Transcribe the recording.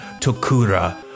Tokura